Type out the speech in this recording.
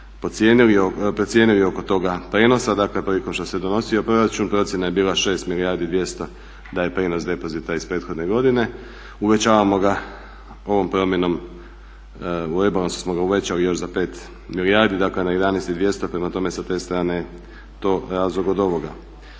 procijenili oko toga prijenosa. Dakle prilikom što se donosio proračun procjena je bila 6 milijardi 200 da je prijenos depozita iz prethodne godine. Uvećavamo ga ovom promjenom u rebalansu smo ga uvećali još za 5 milijardi, dakle na 11 i 200. Prema tome sa te strane to je …/Govornik